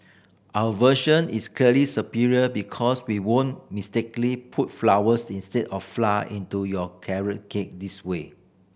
our version is clearly superior because we won't mistakenly put flowers instead of flour into your carrot cake this way